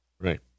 Right